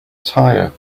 tire